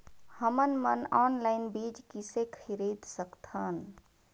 हमन मन ऑनलाइन बीज किसे खरीद सकथन?